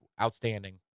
outstanding